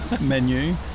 menu